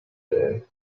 day